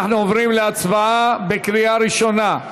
אנחנו עוברים להצבעה בקריאה ראשונה.